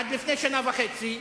עד לפני שנה וחצי,